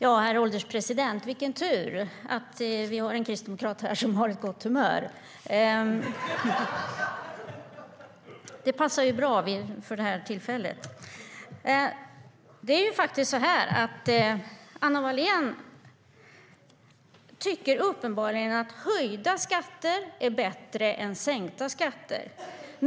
Herr ålderspresident! Vilken tur att vi har en kristdemokrat här som har ett gott humör! Det passar ju bra vid det här tillfället. Anna Wallén tycker uppenbarligen att höjda skatter är bättre än sänkta skatter.